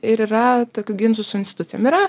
ir yra tokių ginčų su institucijom yra